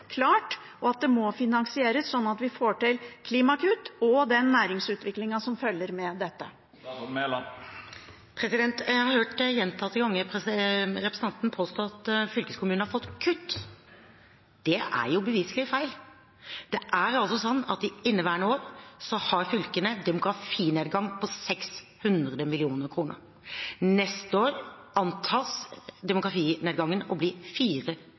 klart, og at det må finansieres, slik at vi får til klimakutt og den næringsutviklingen som følger med dette? Jeg har gjentatte ganger hørt representanten påstå at fylkeskommunene har fått kutt. Det er beviselig feil. I inneværende år har fylkene en demografinedgang på 600 mill. kr. Neste år antas demografinedgangen å bli